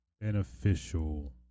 beneficial